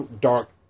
dark